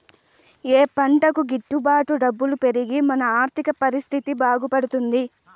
ఏ పంటకు గిట్టు బాటు డబ్బులు పెరిగి మన ఆర్థిక పరిస్థితి బాగుపడుతుంది?